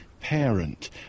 parent